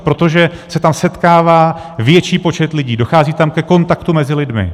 Protože se tam setkává větší počet lidí, dochází tam ke kontaktu mezi lidmi.